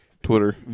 Twitter